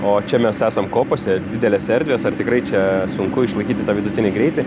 o čia mes esam kopose didelės erdvės ar tikrai čia sunku išlaikyti tą vidutinį greitį